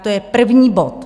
To je první bod.